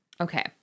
Okay